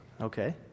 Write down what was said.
Okay